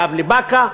קו לבאקה.